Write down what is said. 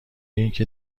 اینکه